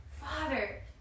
Father